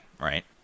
right